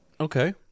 Okay